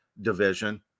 Division